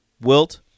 Wilt